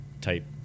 type